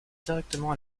directement